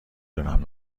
دونم